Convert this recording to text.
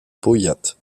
powiat